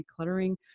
decluttering